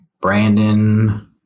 Brandon